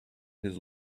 his